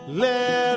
let